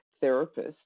therapist